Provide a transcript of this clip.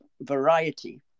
variety